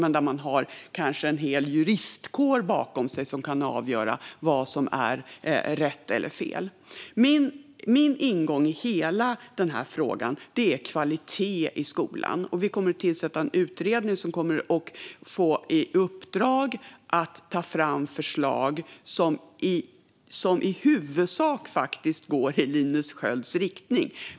Där har man dock kanske en hel juristkår bakom sig som kan avgöra vad som är rätt och fel. Min ingång i den här frågan är kvalitet i skolan. Vi kommer att tillsätta en utredning som kommer att få i uppdrag att ta fram förslag som i huvudsak faktiskt går i Linus Skölds riktning.